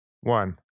one